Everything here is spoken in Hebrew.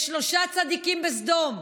יש שלושה צדיקים בסדום: